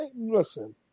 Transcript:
Listen